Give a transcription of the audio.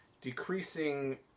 decreasing